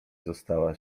została